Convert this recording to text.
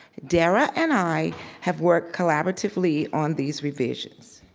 dara and i have worked collaboratively on these revisions.